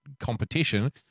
competition